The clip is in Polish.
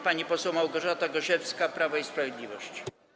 Pani poseł Małgorzata Gosiewska, Prawo i Sprawiedliwość.